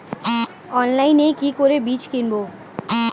অনলাইনে কি করে বীজ কিনব?